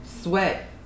sweat